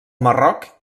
marroc